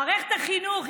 מערכת החינוך,